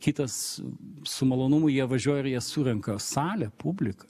kitas su malonumu jie važiuoja ir jie surenka salę publiką